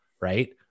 Right